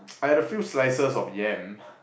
I had a few slices of yam